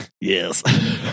Yes